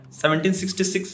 1766